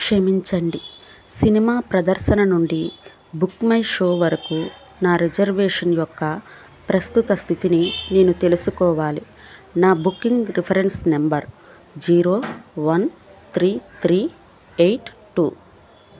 క్షమించండి సినిమా ప్రదర్శన నుండి బుక్మైషో వరకు నా రిజర్వేషన్ యొక్క ప్రస్తుత స్థితిని నేను తెలుసుకోవాలి నా booking reference number zero one three three eight two